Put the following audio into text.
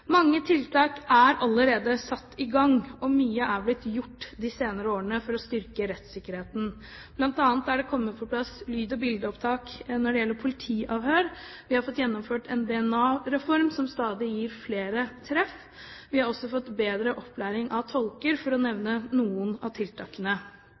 Mange tiltak er allerede satt i gang, og mye er blitt gjort de senere årene for å styrke rettssikkerheten. Blant annet er det kommet på plass lyd- og bildeopptak i tilknytning til politiavhør. Vi har fått gjennomført en DNA-reform, som stadig gir flere treff. Vi har også fått bedre opplæring av tolker, for å